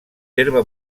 terme